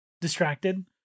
distracted